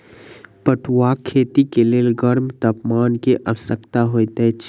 पटुआक खेती के लेल गर्म तापमान के आवश्यकता होइत अछि